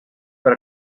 per